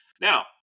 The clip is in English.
Now